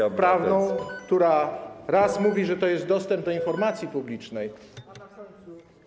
opinię prawną, która raz mówi, że to jest dostęp do informacji publicznej, a na końcu.